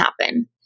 happen